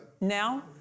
Now